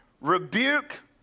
rebuke